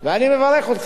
אני מברך אתכם,